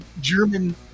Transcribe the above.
German